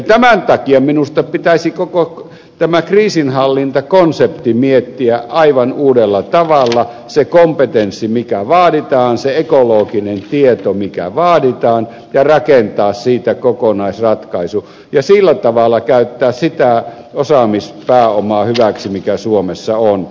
tämän takia minusta pitäisi koko tämä kriisinhallintakonsepti miettiä aivan uudella tavalla se kompetenssi mikä vaaditaan se ekologinen tieto mikä vaaditaan ja rakentaa siitä kokonaisratkaisu ja sillä tavalla käyttää sitä osaamispääomaa hyväksi mikä suomessa on